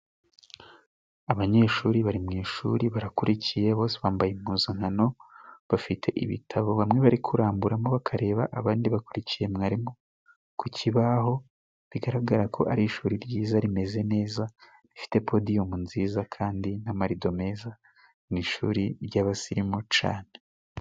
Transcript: Abanyeshuri bari mu ishuri barakurikiye, bose bambaye impuzankano bafite ibitabo bamwe bari kuramburamo bakareba, abandi bakurikiye mwarimu ku kibaho, bigaragara ko ari ishuri ryiza rimeze neza, rifite podiyumu nziza kandi n'amarido meza, ni ishuri ry'abasimu cane.